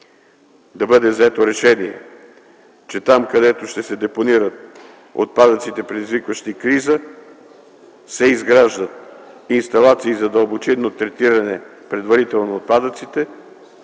да бъде взето решение, че там, където ще се депонират отпадъците, предизвикващи криза, се изграждат инсталации за дълбочинно третиране предварително на отпадъците,